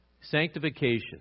Sanctification